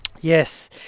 Yes